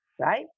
right